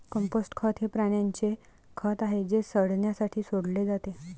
compost खत हे प्राण्यांचे खत आहे जे सडण्यासाठी सोडले जाते